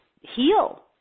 heal